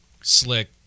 Slick